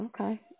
okay